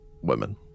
women